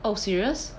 oh serious